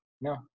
No